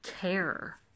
care